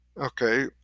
Okay